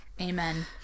Amen